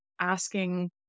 asking